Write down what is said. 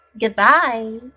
goodbye